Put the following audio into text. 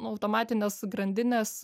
automatinės grandinės